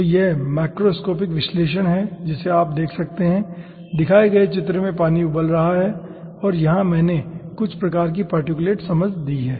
तो यह माक्रोस्कोपिक विश्लेषण है जिसे आप देख सकते हैं दिखाए गए चित्र में पानी उबल रहा है और यहाँ मैंने आपको कुछ प्रकार की पार्टिकुलेट समझ दी है